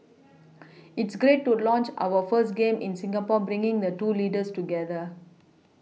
it's great to launch our first game in Singapore bringing the two leaders together